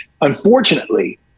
unfortunately